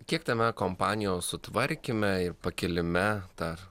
kiek tame kompanijos sutvarkyme ir pakilime dar